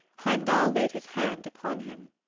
heimdall laid his hand upon him.